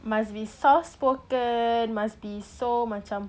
must be soft spoken must be so macam